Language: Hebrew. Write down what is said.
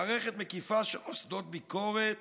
מערכת מקיפה של מוסדות ביקורת